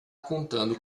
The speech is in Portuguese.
contando